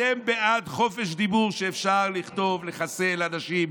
אתם בעד חופש דיבור, שאפשר לכתוב "לחסל אנשים",